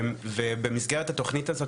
ובמסגרת התוכנית הזאת,